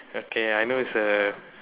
okay I know it's a